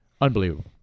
Unbelievable